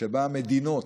שבה מדינות,